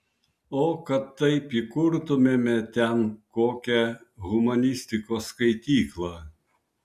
o kad taip įkurtumėme ten kokią humanistikos skaityklą